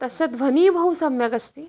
तस्य ध्वनिः बहु सम्यगस्ति